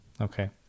Okay